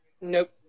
Nope